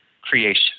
creation